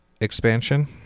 expansion